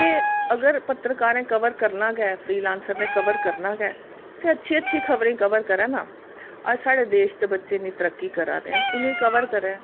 ते अगर पत्रकारें कम्म करना गा फ्रीलांसर बनियै कबर करना गै ते अचछी अचछी खबरें गी कबर करै ना साढ़े देश दे बच्चे इ'न्नी तरक्की करादे न उनेंगी कबर करै